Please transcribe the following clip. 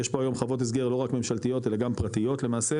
יש פה היום חוות הסגר לא רק ממשלתיות אלא גם פרטיות למעשה,